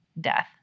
death